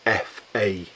FA